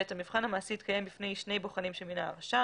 המבחן המעשי יתקיים בפני שני בוחנים שמינה הרשם.